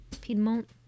Piedmont